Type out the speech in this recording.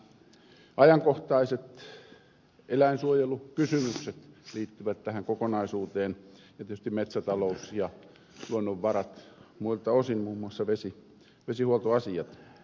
myös nämä ajankohtaiset eläinsuojelukysymykset liittyvät tähän kokonaisuuteen ja tietysti metsätalous ja luonnonvarat muilta osin muun muassa vesihuoltoasiat